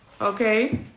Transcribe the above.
Okay